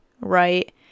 right